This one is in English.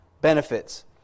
benefits